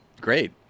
great